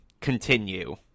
continue